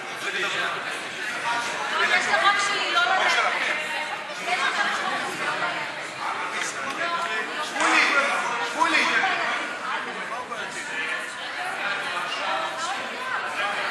התשע"ז 2017, לוועדה שתקבע ועדת הכנסת נתקבלה.